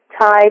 type